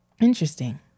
Interesting